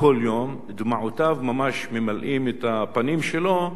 ודמעותיו ממש ממלאות את הפנים שלו על מה